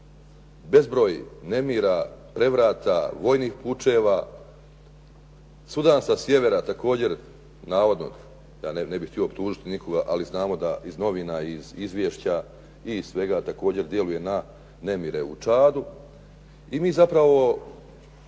bezbroj nemira, prevrata, vojnih pučeva. Sudan sa sjevera također navodno, ja ne bih htio optužiti nikoga, ali znamo da iz novina, iz izvješća i iz svega također djeluje na nemire u Čadu i mi zapravo